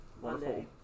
Wonderful